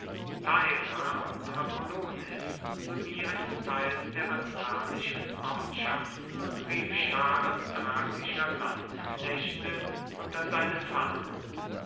und apollonis sowie eines teils der attalischen ortschaften und rief scharen thrakischer lanzknechte unter seine fahnen